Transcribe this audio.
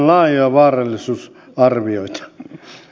rupeaa väsyttämään vähän